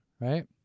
right